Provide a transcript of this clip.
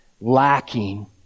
lacking